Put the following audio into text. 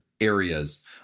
areas